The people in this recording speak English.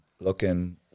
looking